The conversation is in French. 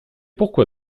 pourquoi